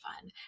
fun